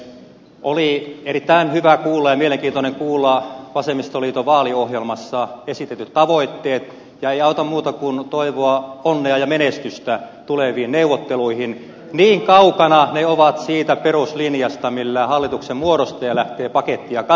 oli erittäin hyvä ja mielenkiintoista kuulla vasemmistoliiton vaaliohjelmassa esitetyt tavoitteet ja ei auta muuta kuin toivoa onnea ja menestystä tuleviin neuvotteluihin niin kaukana ne ovat siitä peruslinjasta millä hallituksen muodostaja lähtee pakettia kasaamaan